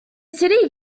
city